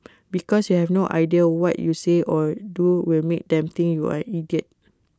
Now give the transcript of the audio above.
because you have no idea what you say or do will make them think you're an idiot